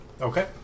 Okay